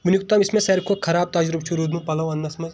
ؤنیُک تام یُس مےٚ ساروے کھۄتہٕ خراب تجرُبہٕ چھُ روٗدمُت پلو انہٕ نس منٛز